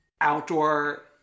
Outdoor